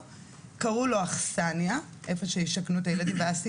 קראו לו "אכסניה"-איפה שישכנו את הילדים ואסי